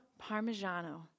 Parmigiano